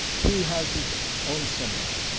he has his own summary.